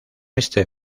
este